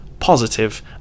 positive